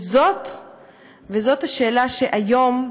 וזאת השאלה שהיום,